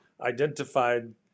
identified